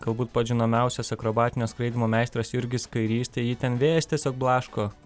galbūt pats žinomiausias akrobatinio skraidymo meistras jurgis kairys tai jį ten vėjas tiesiog blaško